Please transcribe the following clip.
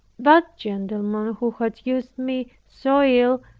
that gentleman who had used me so ill,